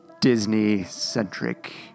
Disney-centric